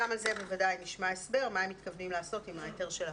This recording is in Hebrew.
אני מאמינה שנשמע הסבר מה הם מתכוונים לעשות עם ההסדר של הפיס.